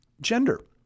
gender